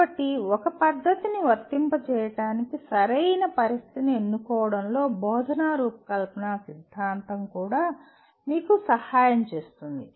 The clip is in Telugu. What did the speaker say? కాబట్టి ఒక పద్ధతిని వర్తింపజేయడానికి సరైన పరిస్థితిని ఎన్నుకోవడంలో బోధనా రూపకల్పన సిద్ధాంతం కూడా మీకు సహాయం చేస్తుంది